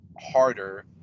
harder